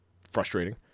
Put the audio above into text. frustrating